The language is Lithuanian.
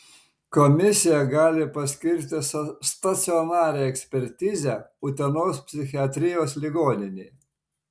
komisija gali paskirti stacionarią ekspertizę utenos psichiatrijos ligoninėje